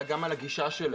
אלא גם על הגישה שלהם.